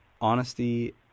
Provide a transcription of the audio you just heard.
honesty